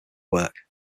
work